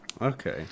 Okay